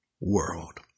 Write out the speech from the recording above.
world